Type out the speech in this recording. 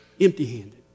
Empty-handed